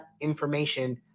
information